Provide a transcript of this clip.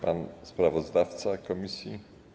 Pan sprawozdawca komisji?